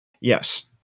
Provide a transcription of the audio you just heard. Yes